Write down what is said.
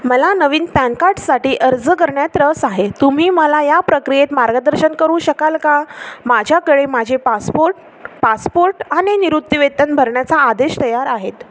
मला नवीन पॅन कार्डसाठी अर्ज करण्यात रस आहे तुम्ही मला या प्रक्रियेत मार्गदर्शन करू शकाल का माझ्याकडे माझे पासपोर्ट पासपोर्ट आणि निवृत्तीवेतन भरण्याचा आदेश तयार आहेत